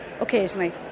occasionally